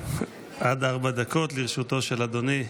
עד ארבע דקות לרשותו של אדוני,